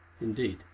Indeed